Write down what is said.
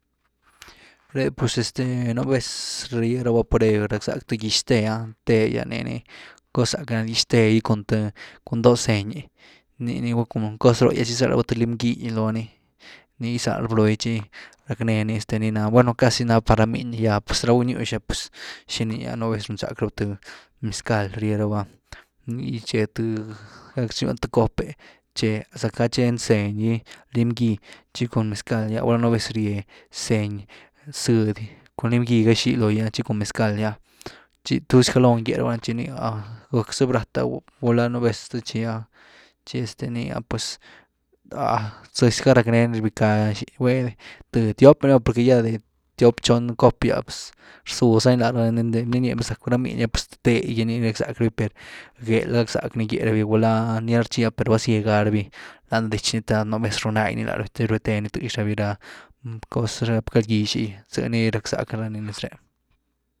Re pues este nú vez ryegyas rabá pureb rack zack th gyx téh’a téh’gyas ninii. Cos sack na gix-tee gy cun doo zëny, nii ni cos rogyas gyzald ba th lim’gy lony, nii gyzald ba logy tchi ghackneny ni na´bueno, casi nani par rá miny gy ah pues ra buny-nywx, shiniá ps nú vez runzack raba th mezcal rýe raba nii ché-ché raba th cop’e, zack’ ga che zëny’gy, lim gy, chi cún mezcal’gy gulá nú vez rye zëny, zëdy, cun lim-gy xii logy’ah, chic un mezcal’gy’ah tchi tuz gálon gye raba ni tchi guck zth brat’ah gulá npu vez zth rchi’ah tchi este nii ah pues a´h zëzy ga rackneeni rbícaa xí’h, th tiop ni va por que ya de tiop xon comp gy a pues rzuuz zani larva, niini nía pues, zacu rá miny ah th té ni rack zack rye rabi, per géel gy gack zack ni gýe rabi gulá nickla rtxí, per vazye gá rabi lany laditx ni te nú vez run-nai ni la rabi te rbé teeni thëx raby ra cos, ra galgyx gy, zëny rackzack ranii nez re´.